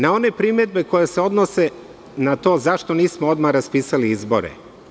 Na one primedbe koje se odnose na to zašto nismo odmah raspisali izbore.